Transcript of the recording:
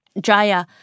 Jaya